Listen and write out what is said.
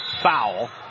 foul